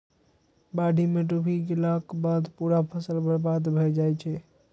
बाढ़ि मे डूबि गेलाक बाद पूरा फसल बर्बाद भए जाइ छै